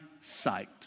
sight